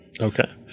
Okay